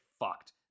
fucked